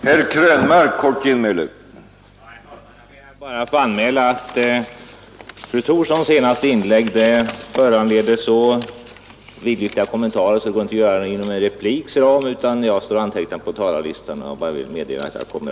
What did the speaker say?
Herr talman! Jag bara ber att få anmäla att fru Thorssons senaste inlägg kräver så vidlyftiga kommentarer att det inte går att göra dessa inom ramen för en replik. Jag har därför låtit anteckna mig på talarlistan och kommer att svara.